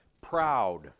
proud